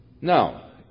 Now